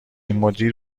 مدیر